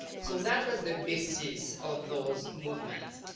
so that was the basis of those movements.